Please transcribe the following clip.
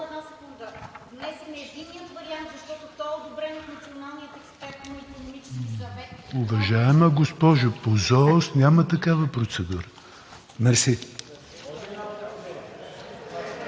Уважаема Госпожо, по ЗООС няма такава процедура.